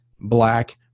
black